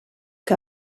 que